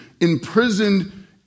imprisoned